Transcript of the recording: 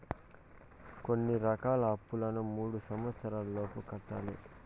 కొన్ని రకాల అప్పులను మూడు సంవచ్చరాల లోపు కట్టాలి